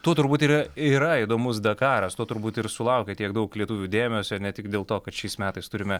tuo turbūt yra yra įdomus dakaras tuo turbūt ir sulaukia tiek daug lietuvių dėmesio ne tik dėl to kad šiais metais turime